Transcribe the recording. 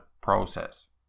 process